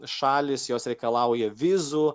šalys jos reikalauja vizų